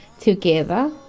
together